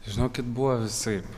žinokit buvo visaip